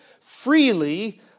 freely